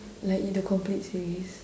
like y~ the complete series